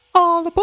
all but